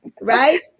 Right